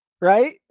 Right